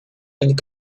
and